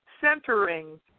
Centering